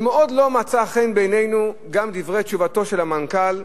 מאוד לא מצאו חן בעינינו דברי תשובתו של המנכ"ל,